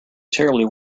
terribly